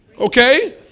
Okay